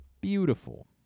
Beautiful